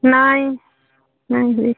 ନାଇ ନାଇ ହୁଏ